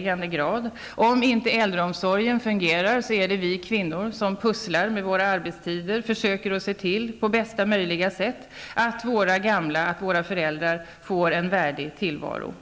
hemma. Om inte äldreomsorgen fungerar, är det vi kvinnor som får pussla med våra arbetstider och försöka att på bästa sätt se till att våra gamla, våra föräldrar får en värdig tillvaro.